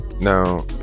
Now